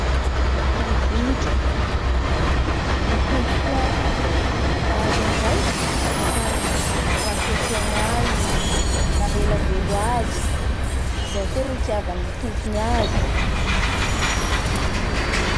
Ny bitro ny tombotsoa azo amizay dafa maha soasoa ny gnainy, maha ela velo azy izay koa ro itiavan'ny topony azy.